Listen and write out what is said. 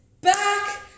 back